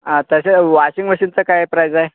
हां तसं वॉशिंग मशीनचा काय प्राईज आहे